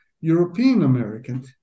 European-American